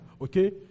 Okay